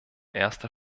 erster